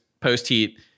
post-heat